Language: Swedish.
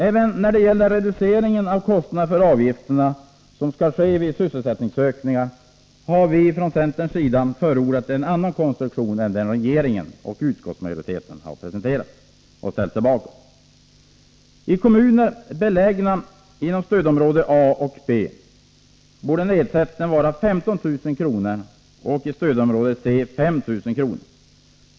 Även när det gäller den reducering av kostnaden för avgifterna som skall ske vid sysselsättningsökningar har vi förordat en annan konstruktion än den regeringen och utskottsmajoriteten har presenterat. I kommuner belägna inom stödområde A och B borde nedsättningen vara 15 000 kr. och i stödområde C 5 000 kr.